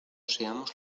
seamos